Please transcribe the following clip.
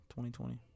2020